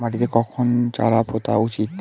মাটিতে কখন চারা পোতা উচিৎ?